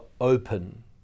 open